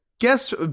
guess